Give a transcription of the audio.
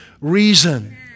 reason